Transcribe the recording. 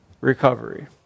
recovery